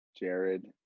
Jared